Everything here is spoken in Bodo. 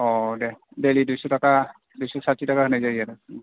अह दे दैलि दुयस' थाखा दुयस' साथि थाखा होनाय जायो आरो उम